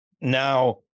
now